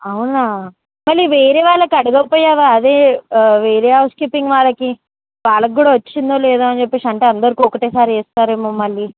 అవునా మరి వేరే వాళ్ళని అడగకపోయావా అదే వేరే హౌస్ కీపింగ్ వాళ్ళని వాళ్ళకు కూడా వచ్చిందో లేదా అని చెప్పి అంటే అందరికి ఒకేసారి వేస్తారేమో మళ్ళీ